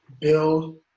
build